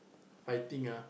fighting ah